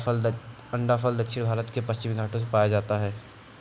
अंडाफल दक्षिण भारत के पश्चिमी घाटों में पाया जाता है